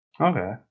Okay